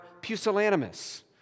pusillanimous